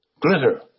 glitter